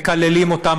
מקללים אותם,